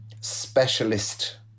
specialist